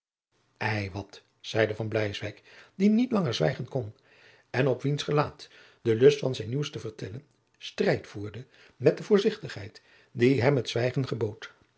ei wat zeide van bleiswyk die niet langer zwijgen kon en op wiens gelaat de lust van zijn nieuws te vertellen strijd voerde met de voorzichtigheid die hem het zwijgen gebood